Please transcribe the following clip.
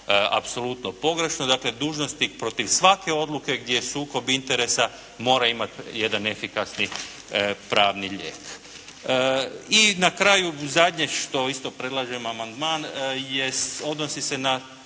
apsolutno pogrešno. Dakle dužnosnik protiv svake odluke gdje je sukob interesa mora imati jedan efikasni pravni lijek. I na kraju zadnje što isto predlažem amandman, odnosi se na